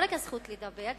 לא רק הזכות לדבר.